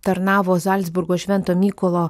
tarnavo zalcburgo švento mykolo